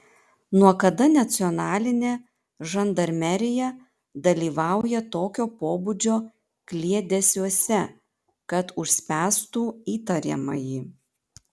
nuo kada nacionalinė žandarmerija dalyvauja tokio pobūdžio kliedesiuose kad užspęstų įtariamąjį